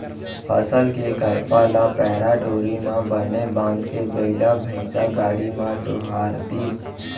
फसल के करपा ल पैरा डोरी म बने बांधके बइला भइसा गाड़ी म डोहारतिस